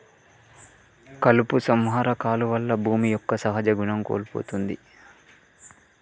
కలుపు సంహార కాలువల్ల భూమి యొక్క సహజ గుణం కోల్పోతుంది